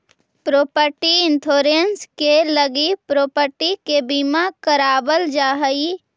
property insurance के लगी property के बीमा करावल जा हई